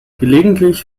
gelegentlich